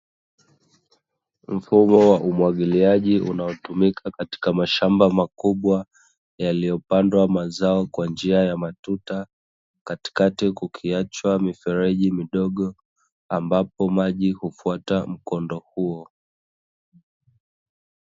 Mfumo wa umwagiliaji unaotumika katika mashamba makubwa yaliyopandwa mazao kwa njia ya matuta, katikati kukiachwa mifereji midogo ambapo maji hufwata mkondo huo.